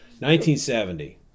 1970